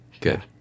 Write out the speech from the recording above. good